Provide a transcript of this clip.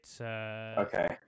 Okay